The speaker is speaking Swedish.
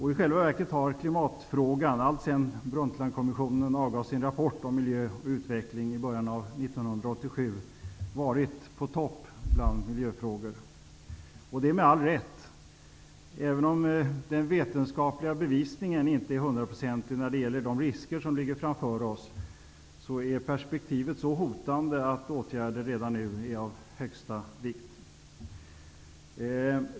I själva verket har klimatfrågan, alltsedan Brundtlandkommissionen avgav sin rapport om miljö och utveckling i början av 1987, varit på topp bland miljöfrågor. Det är med all rätt. Även om den vetenskapliga bevisningen inte är 100-procentig när det gäller de risker som ligger framför oss, är perspektivet så hotande att åtgärder redan nu är av största vikt.